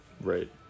Right